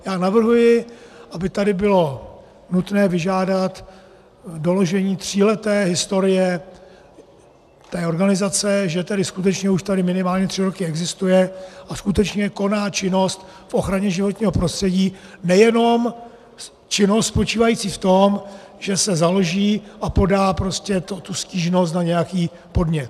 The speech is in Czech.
Já navrhuji, aby tady bylo nutné vyžádat doložení tříleté historie té organizace, že tedy skutečně už tady minimálně tři roky existuje a skutečně koná činnost v ochraně životního prostředí, nejenom činnost spočívající v tom, že se založí a podá prostě tu stížnost na nějaký podnik.